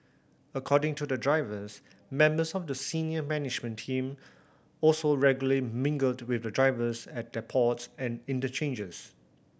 according to the drivers members of the senior management team also regularly mingle to with the drivers at depots and interchanges